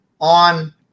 on